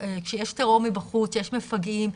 יש מפגעים,